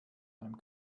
einem